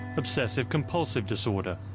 obsessive compulsive disorder,